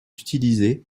utilisés